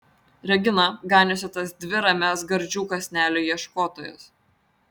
regina ganiusi tas dvi ramias gardžių kąsnelių ieškotojas